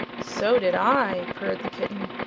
so did i, purred the kitten.